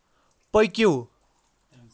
پٔکِو